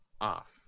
Off